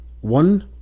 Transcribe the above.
One